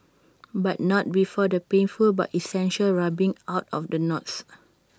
but not before the painful but essential rubbing out of the knots